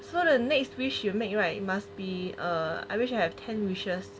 so the next wish you make right you must be err I wish I have ten wishes